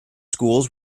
schools